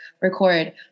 record